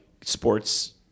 sports-